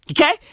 Okay